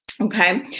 okay